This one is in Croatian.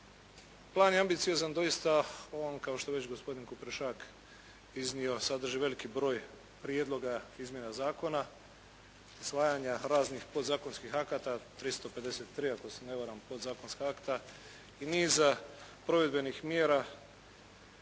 Plan je ambiciozan doista on kao što je već gospodin Kuprešak iznio sadrži veliki broj prijedloga i izmjena zakona, usvajanja raznih podzakonskih akata, 353 ako se ne varam podzakonska akta i niza provedbenih mjera.